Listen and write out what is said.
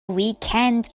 weekend